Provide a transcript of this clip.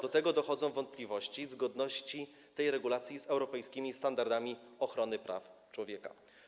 Do tego dochodzą wątpliwości co do zgodności tej regulacji z europejskimi standardami ochrony praw człowieka.